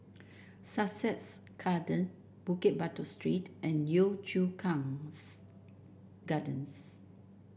Sussex Garden Bukit Batok Street and Yio Chu Kangs Gardens